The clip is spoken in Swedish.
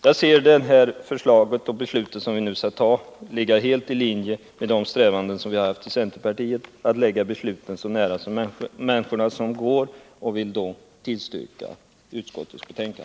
Jag anser det beslut vi nu skall fatta ligga helt i linje med de strävanden vi i centerpartiet haft att lägga besluten så nära människorna som möjligt. Jag yrkar bifall till utskottets hemställan.